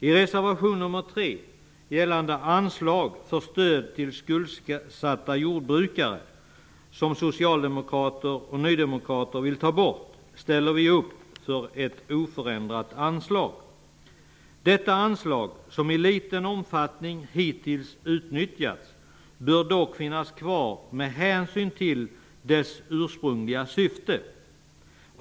I reservation nr 3, gällande anslag för stöd till skuldsatta jordbrukare, som socialdemokrater och nydemokrater vill ta bort, ställer vi upp för ett oförändrat anslag. Detta anslag, som hittills utnyttjats i liten omfattning, bör dock finnas kvar med hänsyn till sitt ursprungliga syfte.